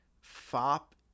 fop